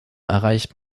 erreicht